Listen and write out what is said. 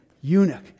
eunuch